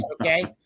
okay